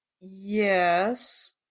Yes